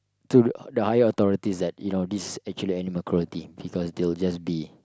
to the higher authorities that you know this actually animal cruelty because they'll just be